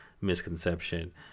misconception